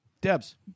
Debs